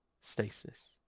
stasis